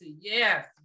Yes